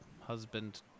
husband